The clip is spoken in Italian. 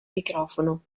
microfono